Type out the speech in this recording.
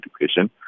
Education